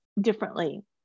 differently